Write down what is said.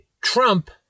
Trump